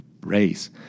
race